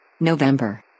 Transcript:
november